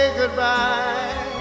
goodbye